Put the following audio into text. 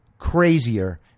crazier